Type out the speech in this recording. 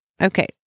Okay